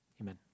amen